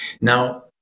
Now